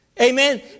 Amen